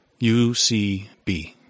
UCB